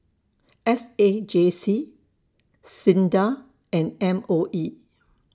S A J C SINDA and M O E